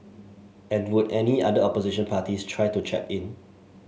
and would any other opposition parties try to chap in